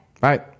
Bye